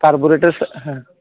carburettor हं